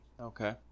Okay